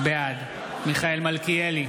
בעד מיכאל מלכיאלי,